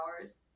hours